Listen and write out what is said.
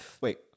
Wait